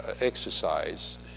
exercise